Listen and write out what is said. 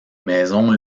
maisons